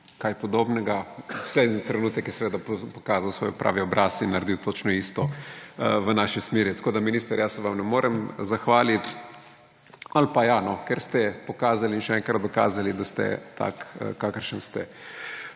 kaj podobnega, naslednji trenutek je seveda pokazal svoj pravi obraz in naredil točno isto v naši smeri. Minister, jaz se vam ne moremo zahvaliti ali pa ja, ker ste še enkrat pokazali in še enkrat dokazali, da ste tak, kakršen ste.